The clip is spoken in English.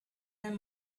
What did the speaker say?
and